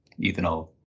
ethanol